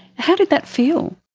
how did that feel?